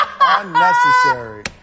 Unnecessary